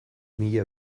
mila